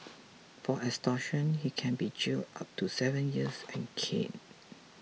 for extortion he can be jailed up to seven years and caned